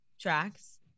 tracks